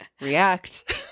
react